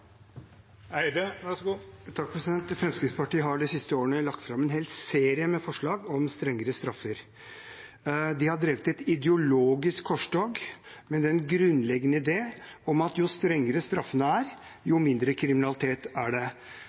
Fremskrittspartiet har de siste årene lagt fram en hel serie med forslag om strengere straffer. De har drevet et ideologisk korstog med en grunnleggende idé om at jo strengere straffene er, jo mindre kriminalitet er det.